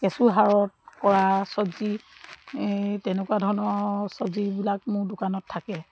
কেঁচুসাৰত কৰা চব্জি এই তেনেকুৱা ধৰণৰ চব্জিবিলাক মোৰ দোকানত থাকে